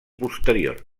posterior